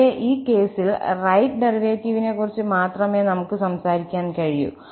ഇവിടെ ഈ കേസിൽ റൈറ്റ് ഡെറിവേറ്റീവിനെക്കുറിച്ച് മാത്രമേ നമുക്ക് സംസാരിക്കാൻ കഴിയൂ